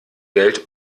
geld